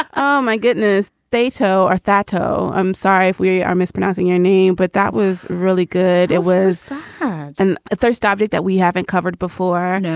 oh, my goodness. theto or fatto. i'm sorry if we are mispronouncing your name, but that was really good. it was the and third tablet that we haven't covered before. no.